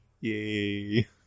Yay